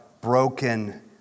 broken